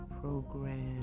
program